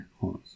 horns